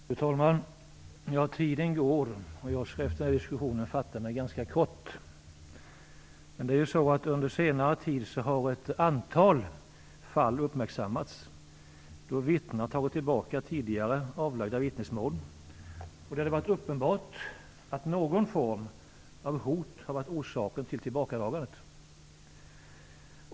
Fru talman! Tiden går, och jag skall fatta mig ganska kort efter den här diskussionen. Under senare tid har ett antal fall uppmärksammats då vittnen har tagit tillbaka tidigare avlagda vittnesmål och där det har varit uppenbart att någon form av hot har varit orsaken till tillbakadragandet.